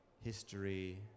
history